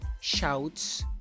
Shouts